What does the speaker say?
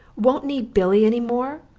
won't need billy any more!